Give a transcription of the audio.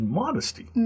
modesty